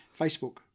Facebook